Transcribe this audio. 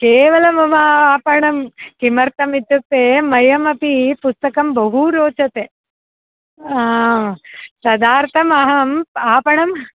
केवलं मम आपणं किमर्थम् इत्युक्ते मह्यमपि पुस्तकं बहु रोचते तदर्थम् अहम् आपणं